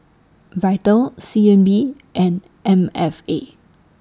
Vital C N B and M F A